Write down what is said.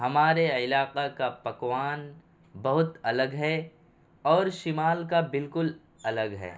ہمارے علاقہ کا پکوان بہت الگ ہے اور شمال کا بالکل الگ ہے